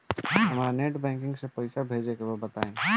हमरा net banking से पईसा भेजे के बा बताई?